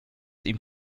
ihm